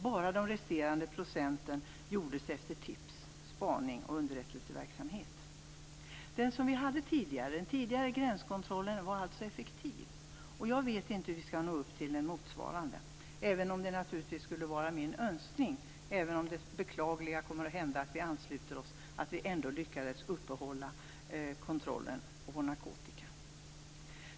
Bara de resterande procenten togs efter tips, spaning och underrättelseverksamhet. Den gränskontroll som vi hade tidigare var alltså effektiv, och jag vet inte hur vi skall nå upp till motsvarande. Det skulle naturligtvis vara min önskan att vi - även om det beklagliga kommer att hända att vi ansluter oss - ändå lyckas upprätthålla kontrollen av narkotika.